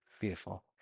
beautiful